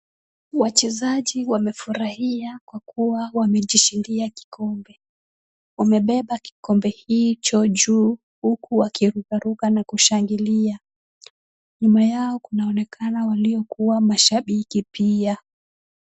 Wachezaji wamefurahia kwa kuwa wamejishindia kikombe, wamebeba kikombe hicho juu, huku wakirukaruka na kushangilia, nyuma yao kunaoonekana waliokuwa mashabiki pia.